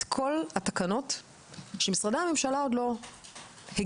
כל התקנות שמשרדי הממשלה עוד לא הגישו.